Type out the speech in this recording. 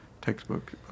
textbook